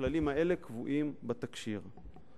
והכללים האלה קבועים בתקשי"ר.